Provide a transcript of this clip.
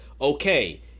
okay